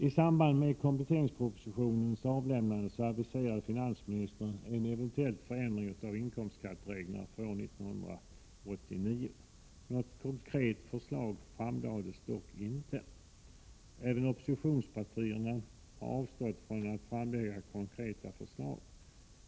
I samband med att kompletteringspropositionen avlämnades aviserade finansministern en eventuell förändring av inkomstskattereglerna för år 1989. Något konkret förslag framlades dock inte. Även oppositionspartierna har avstått från att framlägga konkreta förslag.